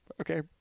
okay